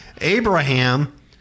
Abraham